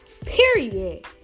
period